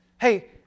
Hey